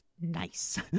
nice